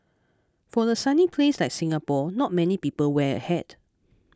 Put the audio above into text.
for a sunny place like Singapore not many people wear a hat